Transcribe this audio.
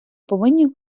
повинні